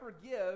forgive